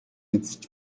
үзэж